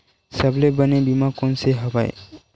सबले बने बीमा कोन से हवय?